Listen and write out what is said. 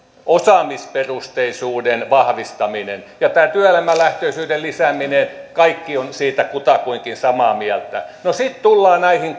osaamisperusteisuuden vahvistaminen ja tästä työelämälähtöisyyden lisäämisestä kaikki ovat kutakuinkin samaa mieltä no sitten tullaan näihin